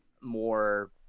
more